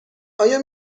آیا